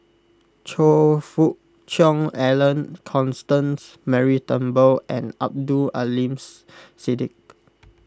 Choe Fook Cheong Alan Constance Mary Turnbull and Abdul Aleems Siddique